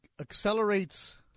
accelerates